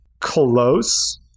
close